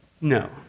No